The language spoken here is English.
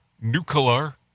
Nuclear